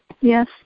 yes